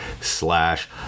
slash